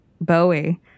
Bowie